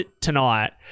tonight